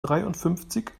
dreiundfünfzig